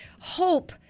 hope